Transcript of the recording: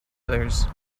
others